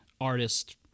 artist